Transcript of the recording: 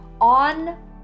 on